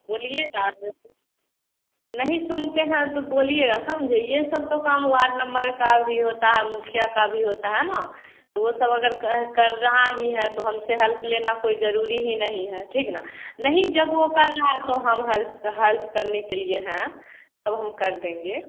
बोलिएगा जो भी नहीं सुनते हैं तो बोलिएगा समझे ये सब तो काम वार्ड मेम्बर का भी होता है मुखिया का भी होता है ना तो वो सब अगर कर रहा ही है तो हमसे हेल्प लेना कोई ज़रूरी ही नहीं है ठीक ना नहीं जब वो कर रहा तो हम हेल्प तो हेल्प करने के लिए हैं तब हम कर देंगे